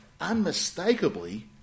unmistakably